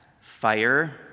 fire